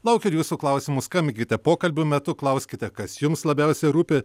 laukiu ir jūsų klausimų skambinkite pokalbio metu klauskite kas jums labiausia rūpi